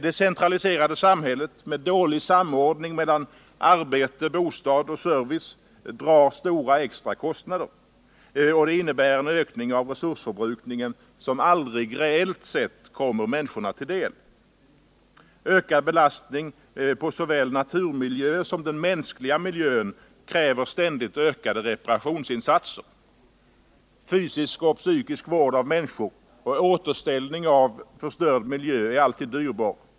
Det centraliserade samhället, med dålig samordning mellan arbete, bostad och service drar stora extra kostnader och innebär en ökning av resursförbrukningen som aldrig reellt sett kommer människorna till del. En ökning av belastningen på såväl naturmiljön som den mänskliga miljön kräver ständigt ökade reparationsinsatser. Fysisk och psykisk vård av människor och återställning av förstörd miljö är alltid dyrbar.